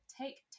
Take